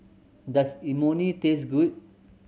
does Imoni taste good